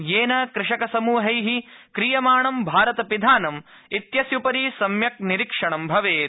येन कृषक समृहैः क्रियमाणं भारत पिधानम इति अस्य उपरि सम्यक निरीक्षणं भवेत